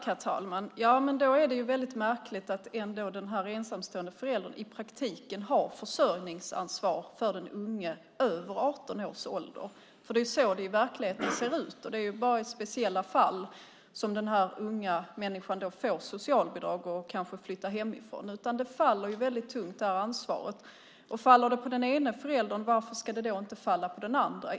Herr talman! Då är det väldigt märkligt att den här ensamstående föräldern ändå i praktiken har försörjningsansvar för den unga över 18 år. Så ser det nämligen ut i verkligheten. Det är bara i speciella fall som den här unga människan får socialbidrag och kanske flyttar hemifrån. Ansvaret faller alltså väldigt tungt på föräldrarna, och faller det på den ena föräldern, varför ska det då inte falla på den andra?